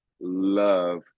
love